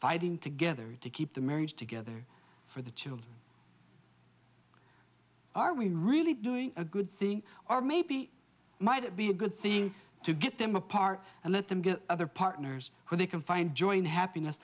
fighting together to keep the marriage together for the children are we really doing a good thing or maybe might it be a good thing to get them apart and let them get other partners who they can find joy and happiness